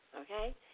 Okay